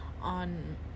on